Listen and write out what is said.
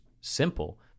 simple